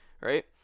right